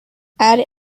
add